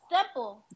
Simple